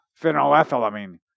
phenylethylamine